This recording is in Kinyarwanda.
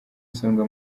isonga